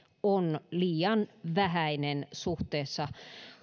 on liian vähäinen suhteessa